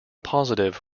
positive